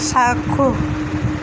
চাক্ষুষ